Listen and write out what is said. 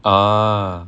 uh